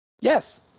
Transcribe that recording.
Yes